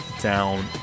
down